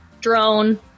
drone